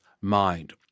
mind